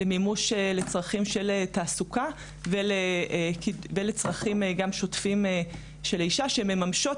למימוש לצרכים של תעסוקה וגם לצרכים שוטפים של נשים שמממשות